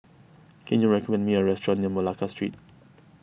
can you recommend me a restaurant near Malacca Street